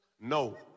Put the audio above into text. No